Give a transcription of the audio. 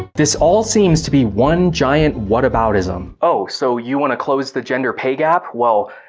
this all seems to be one giant whataboutism. oh, so you want to close the gender pay gap? well,